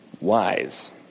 wise